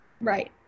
right